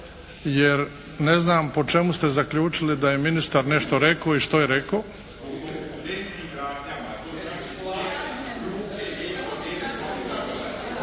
Jer ne znam po čemu ste zaključili da je ministar nešto rekao i što je rekao.